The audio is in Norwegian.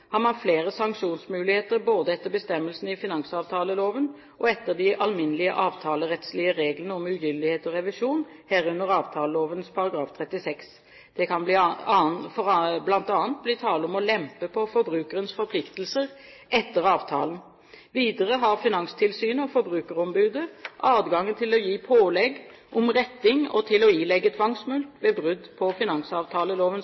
har man flere sanksjonsmuligheter både etter bestemmelsene i finansavtaleloven og etter de alminnelige avtalerettslige reglene om ugyldighet og revisjon, herunder avtaleloven § 36. Det kan bl.a. bli tale om å lempe på forbrukerens forpliktelser etter avtalen. Videre har Finanstilsynet og forbrukerombudet adgang til å gi pålegg om retting og til å ilegge